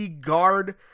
guard